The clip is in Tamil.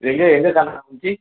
எங்கே எங்கே காணாமல் போணுச்சு